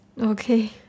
Okay